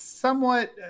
Somewhat